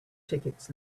tickets